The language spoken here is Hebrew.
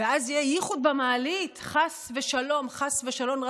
אז יהיה ייחוד במעלית, חס ושלום, חס ושלום.